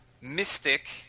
Mystic